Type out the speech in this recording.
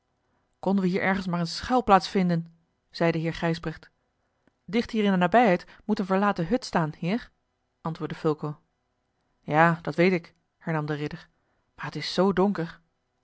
konden we hier ergens maar eene schuilplaats vinden zeide heer gijsbrecht dicht hier in de nabijheid moet eene verlaten hut staan heer antwoordde fulco ja dat weet ik hernam de ridder maar t is zoo donker